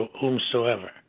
whomsoever